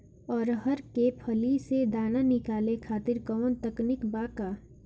अरहर के फली से दाना निकाले खातिर कवन तकनीक बा का?